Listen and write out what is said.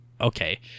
Okay